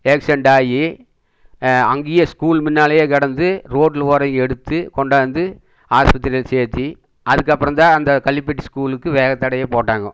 accident ஆகி அங்கேயே school முன்னாலேயே கடந்து ரோட்டில் போகிறவங்க எடுத்து கொண்டாந்து ஆஸ்பத்திரியில் சேர்த்தி அதுக்கப்புறம் தான் அந்த கள்ளிப்பட்டி ஸ்கூலுக்கு வேகத்தடையே போட்டாங்க